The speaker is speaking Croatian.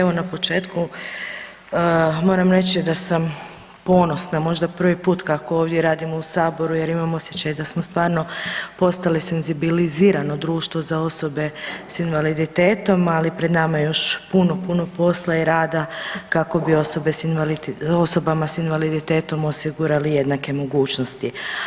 Evo na početku moram reći da sam ponosna možda prvi put kako ovdje radim u saboru jer imam osjećaj da smo stvarno postali senzibilizirano društvo za osobe s invaliditetom, ali pred nama je još puno, puno posla i rada kako bi osobama s invaliditetom osigurali jednake mogućnosti.